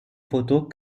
photos